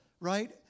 right